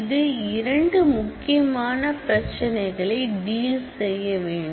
இது இரண்டு முக்கியமான பிரச்சனைகளை டில் செய்யவேண்டும்